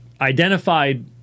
identified